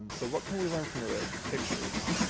um so what can we learn from the pictures?